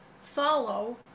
follow